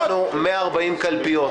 עברנו 140 קלפיות